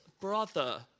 brother